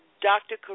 Dr